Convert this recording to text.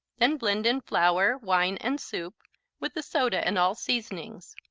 then blend in flour, wine and soup with the soda and all seasonings.